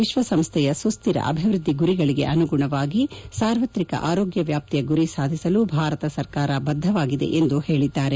ವಿಶ್ವಸಂಸ್ಥೆಯ ಸುಸ್ಥಿರ ಅಭಿವೃದ್ಧಿ ಗುರಿಗಳಿಗೆ ಅನುಗುಣವಾಗಿ ಸಾರ್ವತ್ರಿಕ ಆರೋಗ್ಯ ವ್ಯಾಪ್ತಿಯ ಗುರಿ ಸಾಧಿಸಲು ಭಾರತ ಸರ್ಕಾರ ಬದ್ದವಾಗಿದೆ ಎಂದು ಹೇಳಿದ್ದಾರೆ